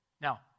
Now